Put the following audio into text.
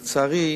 לצערי,